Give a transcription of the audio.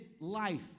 life